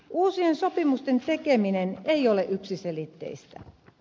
uusien sopimusten tekeminen ei ole yksiselitteistä